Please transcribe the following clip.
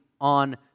on